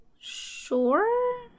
Sure